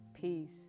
Peace